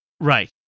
Right